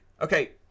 Okay